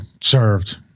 served